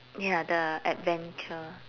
ya the adventure